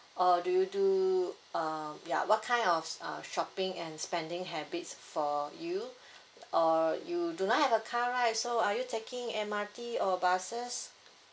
or do you do uh ya what kind of uh shopping and spending habits for you or you do not have a car right so are you taking M_R_T or buses